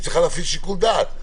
היא צריכה להפעיל שיקול דעת.